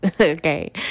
okay